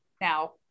Now